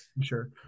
Sure